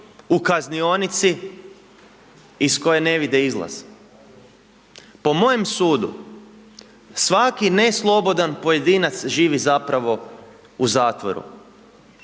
u kaznionici iz koje ne vide izlaz? Po mojem sudu svaki neslobodan pojedinac živi zapravo u zatvoru.